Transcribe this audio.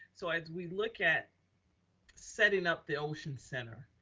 so as we look at setting up the ocean center